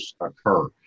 occur